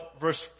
verse